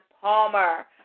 Palmer